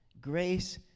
Grace